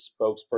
spokesperson